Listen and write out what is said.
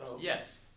Yes